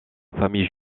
famille